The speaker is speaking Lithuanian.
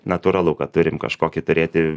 natūralu kad turim kažkokį turėti